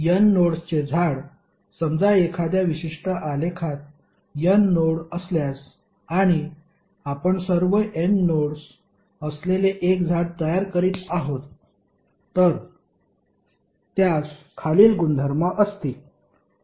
n नोड्सचे झाड समजा एखाद्या विशिष्ट आलेखात n नोड असल्यास आणि आपण सर्व n नोड्स असलेले एक झाड तयार करीत आहोत तर त्यास खालील गुणधर्म असतील